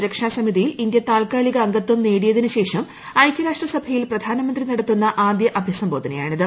സുരക്ഷാ സമിതിയിൽ ഇന്ത്യ താത്കാലിക അംഗത്വം നേടിയതിനു ശേഷം ഐകൃരാഷ്ട്ര സഭയിൽ പ്രധാനമന്ത്രി നടത്തുന്ന ആദ്യ അഭിസംബോധനയാണിത്